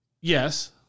Yes